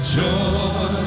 joy